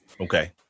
Okay